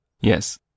Yes